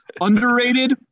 Underrated